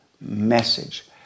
message